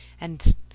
and—